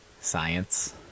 science